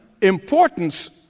importance